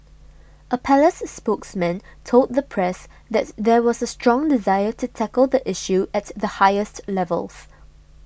a palace spokesman told the press that there was a strong desire to tackle the issue at the highest levels